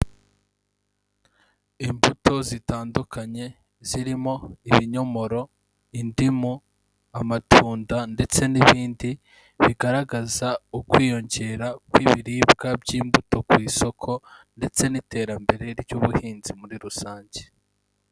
Imbuto zitandukanye zirimo ibinyomoro, indimu, amatunda ndetse n'ibindi, bigaragaza ukwiyongera kw'ibiribwa by'imbuto ku isoko ndetse n'iterambere ry'ubuhinzi muri rusange.